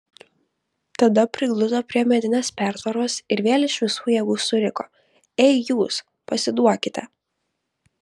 tada prigludo prie medinės pertvaros ir vėl iš visų jėgų suriko ei jūs pasiduokite